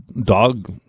dog